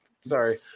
sorry